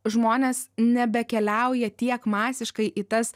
žmonės nebekeliauja tiek masiškai į tas